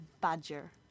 badger